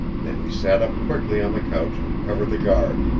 then he sat up quickly on the couch and covered the guard.